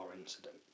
incident